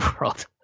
World